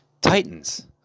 Titans